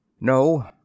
No